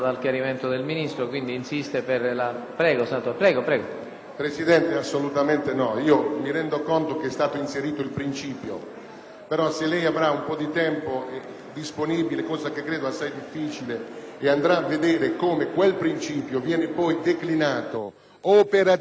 però se lei avrà un po' di tempo disponibile - cosa che credo assai difficile - e andrà a vedere come quel principio viene poi declinato operativamente, si renderà conto che tutta l'impostazione del disegno di legge è nella distinzione tra le funzioni fondamentali e quelle non fondamentali.